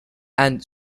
and